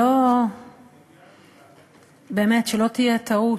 שלא תהיה טעות,